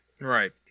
Right